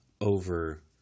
over